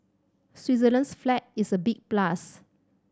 Switzerland's flag is a big plus